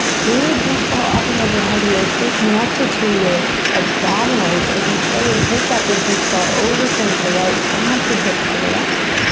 big beach ball up and over head here. stay connected to your abdominals as you slowly take that big beach ball over towards the right. bump the hips to the left,